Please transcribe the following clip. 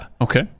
Okay